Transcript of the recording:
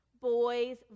boys